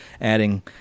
adding